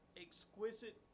exquisite